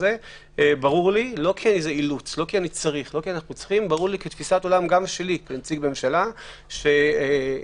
ברור לי כתפיסת עולם שלי כנציג ממשלה ולא כאילוץ,